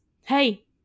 hey